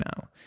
now